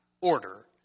order